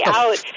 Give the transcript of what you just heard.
out